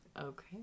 Okay